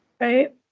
Right